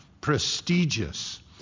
prestigious